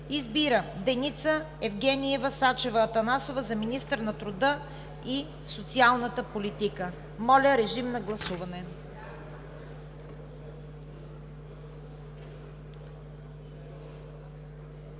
Избира Деница Евгениева Сачева-Атанасова за министър на труда и социалната политика.“ Моля, режим на гласуване.